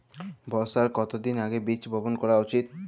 বর্ষার কতদিন আগে বীজ বপন করা উচিৎ?